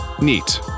Neat